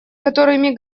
которыми